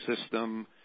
system